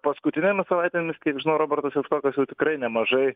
paskutinėmis savaitėmis kiek žinau robertas javtokas jau tikrai nemažai